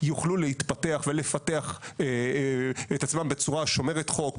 יוכלו להתפתח ולפתח את עצמם בצורה שומרת חוק,